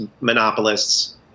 monopolists